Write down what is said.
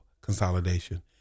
consolidation